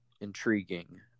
intriguing